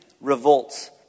revolts